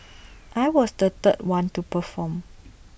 I was the third one to perform